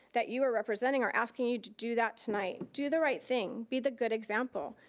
that you are representing are asking you to do that tonight. do the right thing. be the good example.